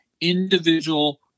individual